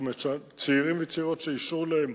זאת אומרת צעירים וצעירות שאישרו להם,